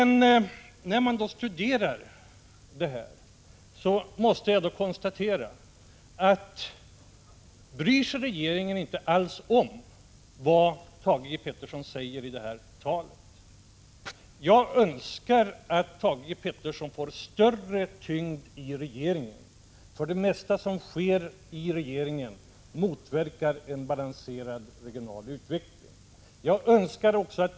När man studerar Thage Petersons tal måste man fråga sig: Bryr sig regeringen inte alls om vad Thage Peterson säger i detta tal? Jag önskar att Thage Peterson får större tyngd i regeringen, för det mesta som sker i regeringen motverkar en balanserad regional utveckling. Jag önskar också Prot.